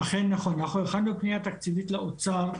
אכן נכון, אנחנו הכנו פנייה תקציבית לאוצר,